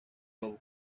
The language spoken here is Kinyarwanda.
wabo